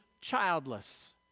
childless